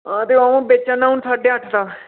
हां ते अं'ऊ बेचा ना हून साड्डे अट्ठ दा